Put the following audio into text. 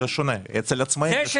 זה שונה, אצל עצמאים זה שונה.